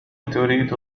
تريد